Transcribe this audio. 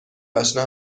آشنا